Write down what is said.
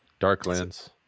Darklands